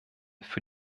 für